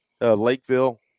Lakeville